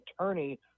attorney